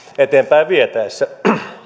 eteenpäin vietäessä